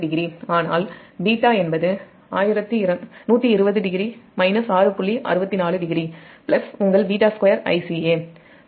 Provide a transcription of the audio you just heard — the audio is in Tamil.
640 ஆனால் β என்பது 1200 6